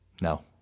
No